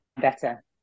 better